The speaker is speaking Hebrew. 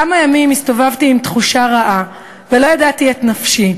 כמה ימים הסתובבתי עם תחושה רעה ולא ידעתי את נפשי.